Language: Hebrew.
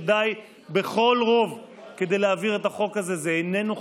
שדי בכל רוב כדי להעביר את החוק הזה.